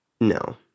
No